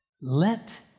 let